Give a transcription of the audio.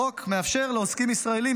החוק מאפשר לעוסקים ישראלים,